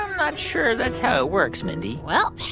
um not sure that's how it works, mindy well,